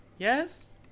Yes